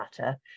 matter